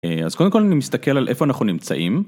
אז קודם כל אני מסתכל על איפה אנחנו נמצאים.